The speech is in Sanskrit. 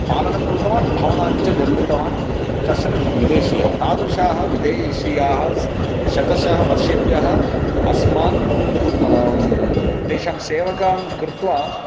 पालनं कृतवान् भवनानि च निर्मितवान् कश्चनः वि विदेशीयाः तादृशाः विदेशीयाः स शतशः वर्षेभ्यः अस्मान् तेषां सेवकान् कृत्वा